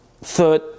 third